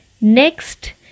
Next